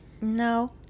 no